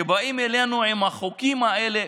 שבאים אלינו עם החוקים האלה.